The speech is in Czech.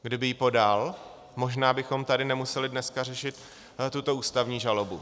Kdyby ji podal, možná bychom tady nemuseli dneska řešit tuto ústavní žalobu.